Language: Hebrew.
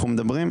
אנחנו מדברים,